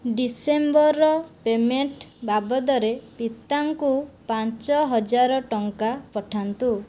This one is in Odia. ଡିସେମ୍ବରର ପେମେଣ୍ଟ ବାବଦରେ ପିତାଙ୍କୁ ପାଞ୍ଚହଜାର ଟଙ୍କା ପଠାନ୍ତୁ